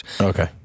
Okay